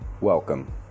welcome